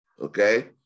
Okay